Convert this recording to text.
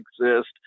exist